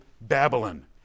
Babylon